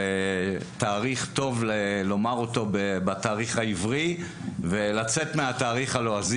זה תאריך שטוב לצאת בו מהתאריך הלועזי ולציין אותו בתאריך העברי.